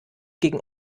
gegen